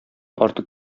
артык